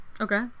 Okay